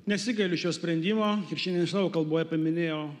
nesigailiu šio sprendimo ir šiandien ir savo kalboje paminėjau